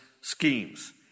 schemes